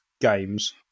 games